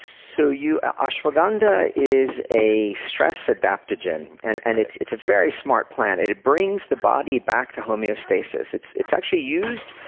so ah ashwagandha is a stress adaptagen, and and it's it's a very smart plant. it it brings the body back to homeostasis. it's it's actually used,